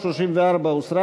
34 הוסרה,